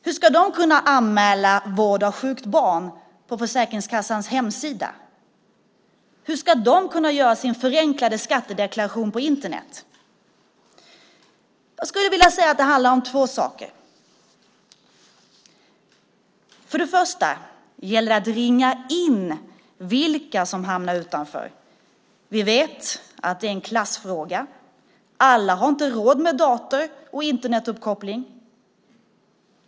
Hur ska de kunna anmäla vård av sjukt barn på Försäkringskassans hemsida? Hur ska de kunna göra sin förenklade skattedeklaration på Internet? Jag skulle vilja säga att det handlar om två saker. För det första gäller det att ringa in vilka som hamnar utanför. Vi vet att det är en klassfråga. Alla har inte råd med dator och Internetuppkoppling.